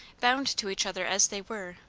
bound to each other as they were,